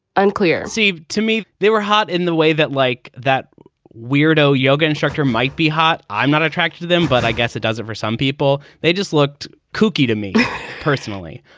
unclear seemed to me they were hot in the way that like that weirdo yoga instructor might be hot. i'm not attracted to them, but i guess it does for some people. they just looked kooky to me personally.